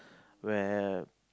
where